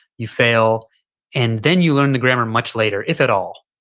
you fail and then you learn the grammar much later, if at all.